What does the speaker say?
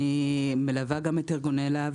אני מלווה גם את ארגוני להב.